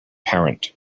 parent